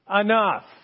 enough